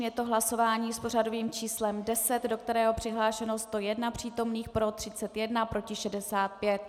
Je to hlasování s pořadovým číslem 10, do kterého je přihlášeno 101 přítomných, pro 31, proti 65.